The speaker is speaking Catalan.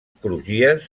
crugies